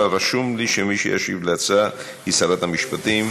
אבל רשום לי שמי שתשיב להצעה היא שרת המשפטים.